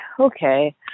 okay